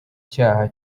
cyaha